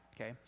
okay